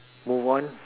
move on